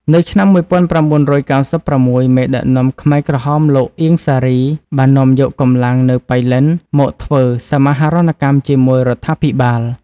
នៅឆ្នាំ ១៩៩៦ មេដឹកនាំខ្មែរក្រហមលោក អៀង សារី បាននាំយកកម្លាំងនៅប៉ៃលិនមកធ្វើសមាហរណកម្មជាមួយរដ្ឋាភិបាល។